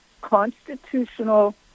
constitutional